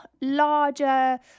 larger